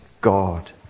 God